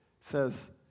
says